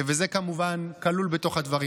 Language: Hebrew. וזה כמובן כלול בתוך הדברים.